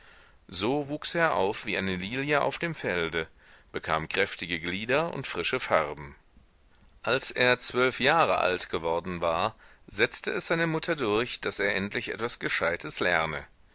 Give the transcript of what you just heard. so wuchs er auf wie eine lilie auf dem felde bekam kräftige glieder und frische farben als er zwölf jahre alt geworden war setzte es seine mutter durch daß er endlich etwas gescheites lerne